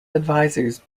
advisors